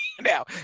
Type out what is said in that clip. now